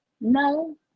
No